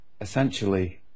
essentially